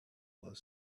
while